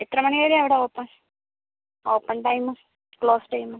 എത്ര മണി വരെയാണ് അവിടെ ഓപ്പൺ ഓപ്പൺ ടൈമും ക്ലോസ് ടൈമും